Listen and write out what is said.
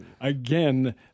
again